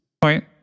point